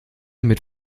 mit